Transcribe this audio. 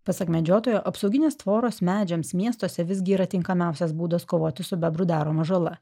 pasak medžiotojo apsauginės tvoros medžiams miestuose visgi yra tinkamiausias būdas kovoti su bebrų daroma žala